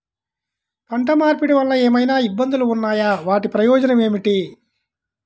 పంట మార్పిడి వలన ఏమయినా ఇబ్బందులు ఉన్నాయా వాటి ప్రయోజనం ఏంటి?